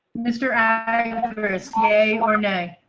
mr. i mean yay or nay.